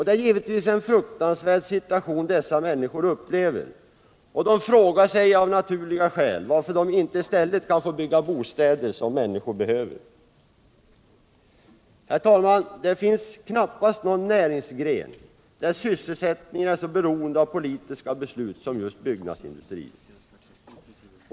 Det är givetvis en fruktansvärd situation dessa människor upplever, och de frågar sig av naturliga skäl varför de inte i stället kan få bygga bostäder som människor behöver. Herr talman! Det finns knappast någon näringsgren där sysselsättningen är så beroende av politiska beslut som just byggnadsindustrin.